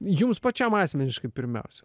jums pačiam asmeniškai pirmiausia